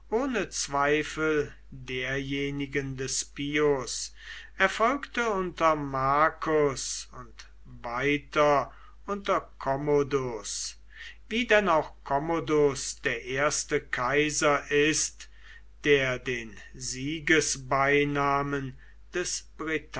ohne zweifel derjenigen des pius erfolgte unter marcus und weiter unter commodus wie denn auch commodus der erste kaiser ist der den siegesbeinamen des